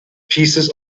pieces